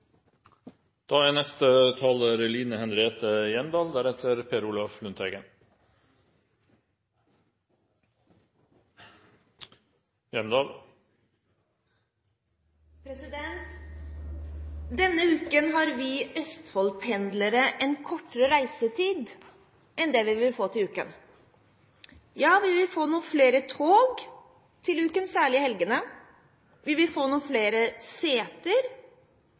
Denne uken har vi Østfold-pendlere kortere reisetid enn det vi vil få til neste uke. Vi vil få noen flere tog til uken, særlig i helgene, vi vil få noen flere seter,